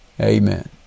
Amen